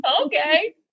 Okay